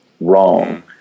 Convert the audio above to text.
wrong